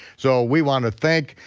so we wanna thank,